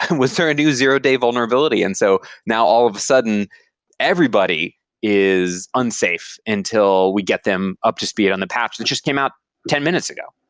and was to reduce zero day vulnerability? and so now all of a sudden everybody is unsafe until we get them up to speed on the patch that just came out ten minutes ago.